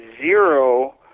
zero